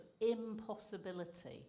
impossibility